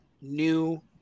new